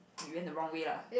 we went the wrong way lah